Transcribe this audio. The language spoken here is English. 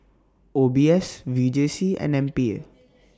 O B S V J C and M P A